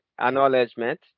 Acknowledgement